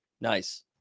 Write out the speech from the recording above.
Nice